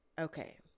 Okay